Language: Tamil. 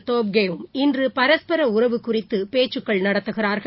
டோப்கே இன்றுபரஸ்பர உறவு குறித்துபேச்சுகள் நடத்துகிறார்கள்